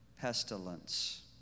pestilence